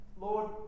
Lord